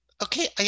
Okay